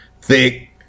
thick